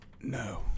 No